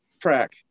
track